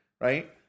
right